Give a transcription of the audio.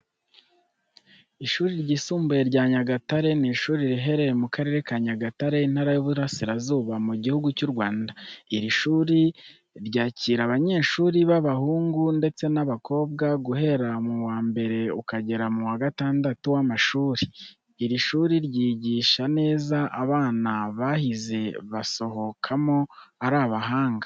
Ishuri ryisumbuye rya Nyagatare, ni ishuri riherereye mu karere ka Nyagatare, intara y'Iburasirazuba, mu gihugu cyu Rwanda. Iri shuri ryacyira abanyeshuri b'abahungu, ndetse n'abakobwa, guhera mu wa mbere ukagera mu wa gatandu w'amashuri. Iri shuri ryigisha neza, abana bahize basohokamo ari abahanga.